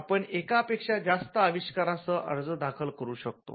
आपण एकापेक्षा जास्त आविष्कारांसह अर्ज दाखल करू शकतो